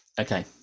Okay